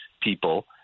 people